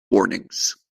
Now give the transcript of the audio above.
warnings